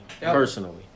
personally